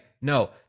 no